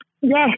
Yes